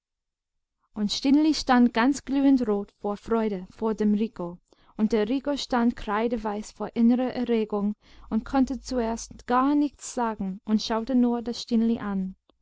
und stineli stand ganz glühend rot vor freude vor dem rico und der rico stand kreideweiß vor innerer erregung und konnte zuerst gar nichts sagen und schaute nur das stineli an